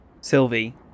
Sylvie